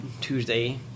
Tuesday